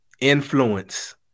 Influence